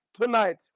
tonight